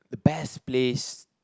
the best place